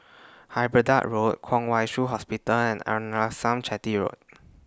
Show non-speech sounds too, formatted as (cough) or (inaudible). (unintelligible) Road Kwong Wai Shiu Hospital and Arnasalam Chetty Road